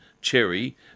cherry